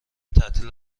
تعطیل